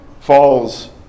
falls